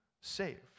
saved